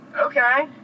okay